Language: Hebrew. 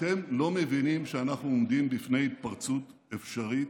אתם לא מבינים שאנחנו עומדים בפני התפרצות אפשרית?